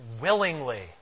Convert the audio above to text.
willingly